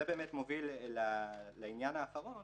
זה באמת מוביל לעניין האחרון